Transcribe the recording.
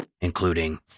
including